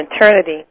eternity